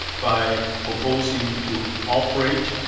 by proposing to operate,